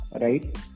right